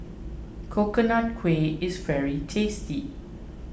Coconut Kuih is very tasty